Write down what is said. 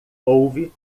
houve